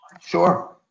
sure